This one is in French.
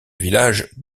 village